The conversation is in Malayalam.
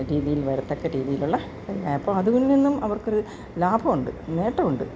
രീതിയിൽ വരത്തക്ക രീതീയിൽ ഉള്ള അപ്പോൾ അതിൽനിന്നും അവർക്കൊരു ലാഭമുണ്ട് നേട്ടവും ഉണ്ട് ്